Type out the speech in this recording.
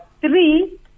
three